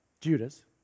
Judas